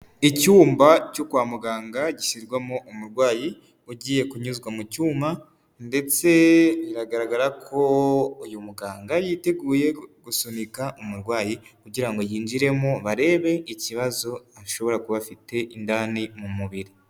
Icyumba cyo kwa muganga gishyirwamo umurwayi ugiye kunyuzwa mu cyuma ndetse biragaragara ko uyu muganga yiteguye gusunika umurwayi kugira ngo yinjiremo barebe ikibazo ashobora kuba afite indani mu mubiri.